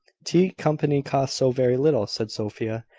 tea company costs so very little! said sophia.